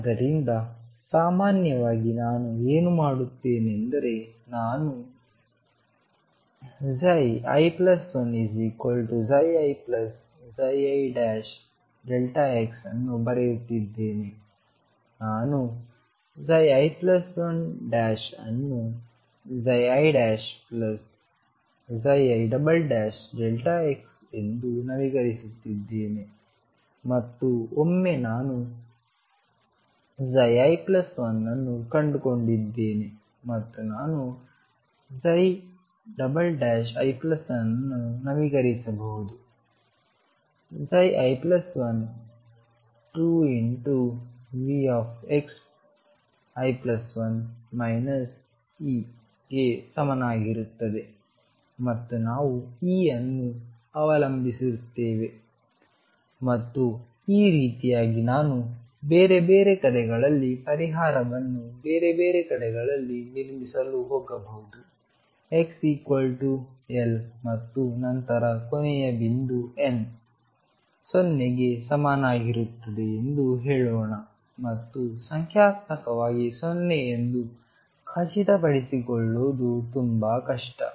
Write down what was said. ಆದ್ದರಿಂದ ಸಾಮಾನ್ಯವಾಗಿ ನಾನು ಏನು ಮಾಡುತ್ತಿದ್ದೇನೆಂದರೆ ನಾನು i1ii xಅನ್ನು ಬರೆಯುತ್ತಿದ್ದೇನೆ ನಾನು i1 ಅನ್ನು ii Δx ಎಂದು ನವೀಕರಿಸುತ್ತಿದ್ದೇನೆ ಮತ್ತು ಒಮ್ಮೆ ನಾನು i1 ಅನ್ನು ಕಂಡುಕೊಂಡಿದ್ದೇನೆ ಮತ್ತು ನಾನು i1 ಅನ್ನು ನವೀಕರಿಸಬಹುದು i1 2Vxi1 E ಗೆ ಸಮನಾಗಿರುತ್ತದೆ ಮತ್ತು ನಾವು E ಅನ್ನು ಅವಲಂಬಿಸಿರುತ್ತೇವೆ ಮತ್ತು ಈ ರೀತಿಯಾಗಿ ನಾನು ಬೇರೆ ಬೇರೆ ಕಡೆಗಳಲ್ಲಿ ಪರಿಹಾರವನ್ನು ಬೇರೆ ಬೇರೆ ಕಡೆಗಳಲ್ಲಿ ನಿರ್ಮಿಸಲು ಹೋಗಬಹುದು xL ಮತ್ತು ನಂತರ ಕೊನೆಯ ಬಿಂದು N 0 ಗೆ ಸಮನಾಗಿರುತ್ತದೆ ಎಂದು ಹೇಳೋಣ ಮತ್ತು ಸಂಖ್ಯಾತ್ಮಕವಾಗಿ 0 ಎಂದು ಖಚಿತಪಡಿಸಿಕೊಳ್ಳುವುದು ತುಂಬಾ ಕಷ್ಟ